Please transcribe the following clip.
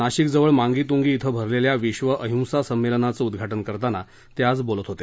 नाशिक जवळ मांगीतुंगी इथं भरलेल्या विश्व अहिंसा संमेलनाचं उद्घाटन करताना ते आज बोलत होते